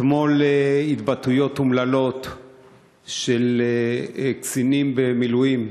אתמול היו התבטאויות אומללות של קצינים במילואים,